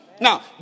Now